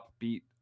upbeat